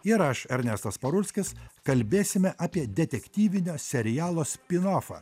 ir aš ernestas parulskis kalbėsime apie detektyvinio serialo spinofa